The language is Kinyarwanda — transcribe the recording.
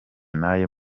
n’ayo